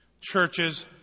Churches